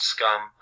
Scum